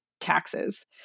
taxes